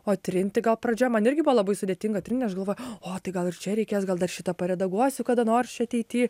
o trinti gal pradžioj man irgi buvo labai sudėtinga trin aš galvo o tai gal ir čia reikės gal dar šitą paredaguosiu kada nors čia ateity